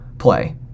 play